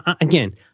again